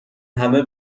همه